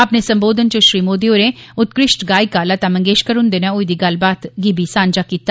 अपने संबोधन च श्री मोदी होरें उत्कृष्ट गायिका लता मंगेश्कर हुंदे नै होई दी गल्लबात बी सांझा कीती